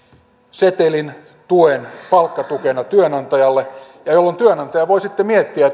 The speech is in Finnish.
setelin tuen palkkatukena työnantajalle jolloin työnantaja voi sitten miettiä